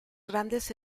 grandes